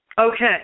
Okay